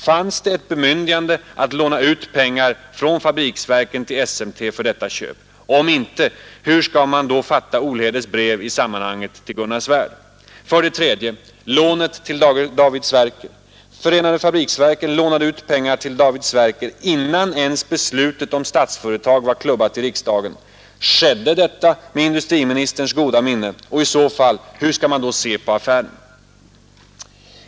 Fanns det ett bemyndigande att låna ut pengar från fabriksverken till SMT för detta köp? Om inte, hur skall man då fatta Olhedes brev i sammanhanget till Gunnar Svärd? För det tredje: Lånet till David Sverker. Fabriksverken lånade ut pengar till David Sverker innan ens beslutet om Statsföretag var klubbat i riksdagen. Skedde detta med industriministerns goda minne? Och i så fall: Hur skall man då se på affären?